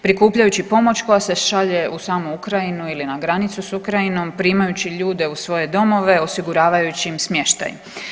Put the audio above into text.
Prikupljajući pomoć, koja se šalje u samu Ukrajinu ili na granicu s Ukrajinom, primajući ljude u svoje domove, osiguravajući im smještaj.